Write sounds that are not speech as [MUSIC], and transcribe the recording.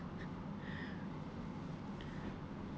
[BREATH]